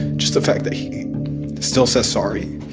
just the fact that he still says sorry,